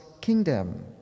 kingdom